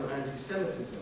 anti-Semitism